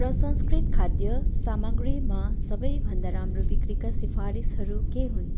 प्रसंस्कृत खाद्य सामग्रीमा सबै भन्दा राम्रो बिक्रीका सिफारिसहरू के हुन्